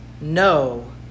no